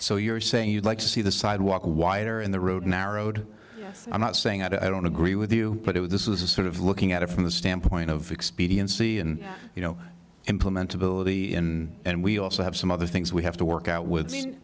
so you're saying you'd like to see the sidewalk a wider in the road narrowed i'm not saying i don't agree with you but if this is a sort of looking at it from the standpoint of expediency and you know implementable of the end we also have some other things we have to work out with